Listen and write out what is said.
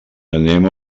anem